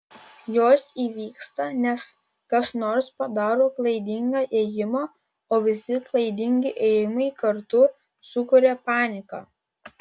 jos įvyksta nes kas nors padaro klaidingą ėjimą o visi klaidingi ėjimai kartu sukuria paniką